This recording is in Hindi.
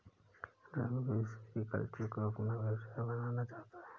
रघुवीर सेरीकल्चर को अपना व्यवसाय बनाना चाहता है